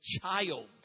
child